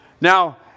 Now